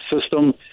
system